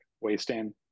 wasting